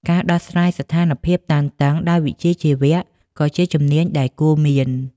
ការដោះស្រាយស្ថានភាពតានតឹងដោយវិជ្ជាជីវៈក៏ជាជំនាញដែលគួរមាន។